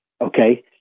Okay